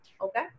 Okay